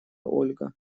ольга